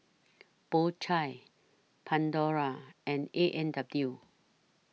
Po Chai Pandora and A and W